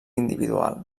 individual